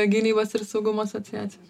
gynybos ir saugumo asociacijos